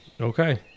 Okay